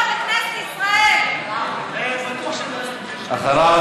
יאללה, ברא,